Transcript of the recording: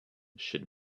should